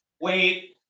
wait